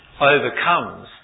overcomes